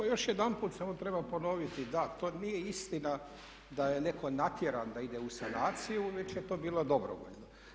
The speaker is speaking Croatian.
Pa evo još jedanput samo treba ponoviti da to nije istina da je netko natjeran da ide u sanaciju već je to bilo dobrovoljno.